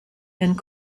and